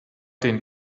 den